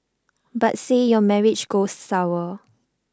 but say your marriage goes sour